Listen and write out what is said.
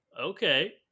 okay